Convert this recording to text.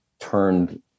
turned